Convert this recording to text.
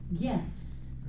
gifts